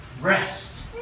rest